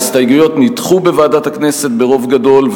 ההסתייגויות נדחו בוועדת הכנסת ברוב גדול,